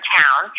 town